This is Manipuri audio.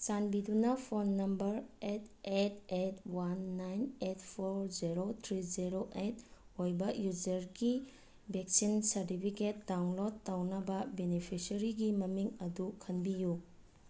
ꯆꯥꯟꯕꯤꯗꯨꯅ phone number eight eight eight one nine eight four zero three zero eight ꯑꯣꯏꯕ ꯌꯨꯖꯔꯒꯤ ꯕꯦꯛꯁꯤꯟ ꯁꯥꯔꯇꯤꯐꯤꯀꯦꯠ ꯗꯥꯎꯟꯂꯣꯠ ꯇꯧꯅꯕ ꯕꯦꯅꯤꯐꯤꯁꯔꯤꯒꯤ ꯃꯃꯤꯡ ꯑꯗꯨ ꯈꯟꯕꯤꯌꯨ